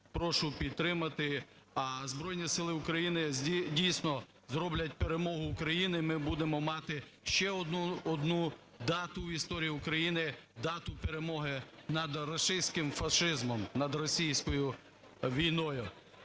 Прошу підтримати. А Збройні Сили України дійсно зроблять перемогу України. Ми будемо мати ще одну дату в історії України – дату перемоги над рашистським фашизмом, над російською війною.